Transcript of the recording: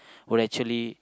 will actually